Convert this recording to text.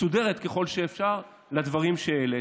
מסודרת ככל שאפשר, על הדברים שהעלית.